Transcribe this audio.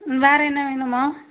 ம் வேறு என்ன வேணும்மா